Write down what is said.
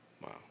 Wow